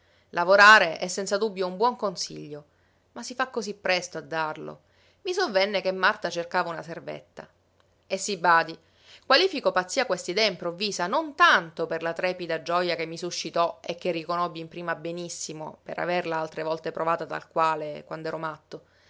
lavorare è senza dubbio un buon consiglio ma si fa cosí presto a darlo i sovvenne che marta cercava una servetta e si badi qualifico pazzia quest'idea improvvisa non tanto per la trepida gioja che mi suscitò e che riconobbi in prima benissimo per averla altre volte provata tal quale quand'ero matto